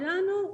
ולנו,